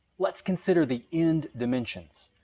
let's consider the end dimensions.